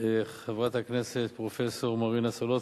חברת הכנסת פרופסור מרינה סולודקין,